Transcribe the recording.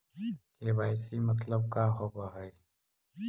KYC मतलब का होव हइ?